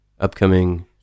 upcoming